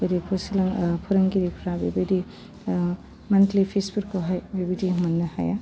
बोरै फोरसोनां ओह फोरोंगिरिफ्रा बेबायदि मानलि फिसफोरखौहाय बेबायदि मोन्नो हाया